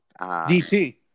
DT